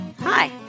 Hi